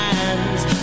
Hands